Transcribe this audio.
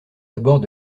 abords